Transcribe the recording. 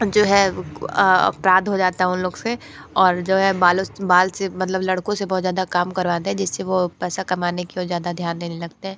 जो है अपराध हो जाता उन लोग से और जो है बालों से बाल से मतलब लड़कों से बहुत ज़्यादा काम करवाते हैं जिससे वो पैसा कमाने की ओर ज़्यादा ध्यान देने लगता है